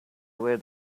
where